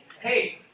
Hey